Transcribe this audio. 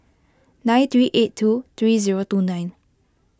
nine three eight two three zero two nine